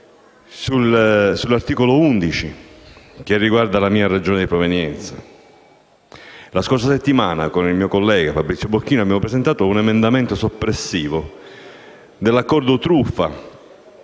provvedimento, che riguarda la mia Regione di provenienza. La scorsa settimana con il mio collega Fabrizio Bocchino abbiamo presentato un emendamento soppressivo dell'accordo truffa